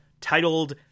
titled